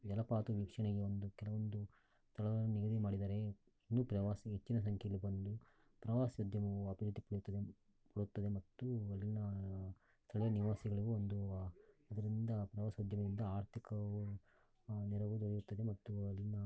ಜಲಪಾತ ವೀಕ್ಷಣೆಗೆಂದು ಕೆಲವೊಂದು ಸ್ಥಳಗಳನ್ನು ನಿಗದಿ ಮಾಡಿದರೆ ಇನ್ನು ಪ್ರವಾಸಕ್ಕೆ ಹೆಚ್ಚಿನ ಸಂಖ್ಯೆಯಲ್ಲಿ ಬಂದು ಪ್ರವಾಸೋದ್ಯಮವು ಅಭಿವೃದ್ಧಿಗೊಳ್ಳುತ್ತದೆ ಮತ್ತುಅಲ್ಲಿನ ಸ್ಥಳೀಯ ನಿವಾಸಿಗಳಿಗೂ ಒಂದು ಅದರಿಂದ ಪ್ರವಾಸೋದ್ಯಮದಿಂದ ಆರ್ಥಿಕ ನೆರವು ದೊರೆಯುತ್ತದೆ ಮತ್ತು ಅಲ್ಲಿನ